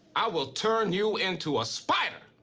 i will turn you into a spider!